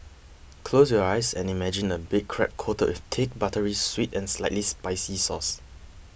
close your eyes and imagine a big crab coated with thick buttery sweet and slightly spicy sauce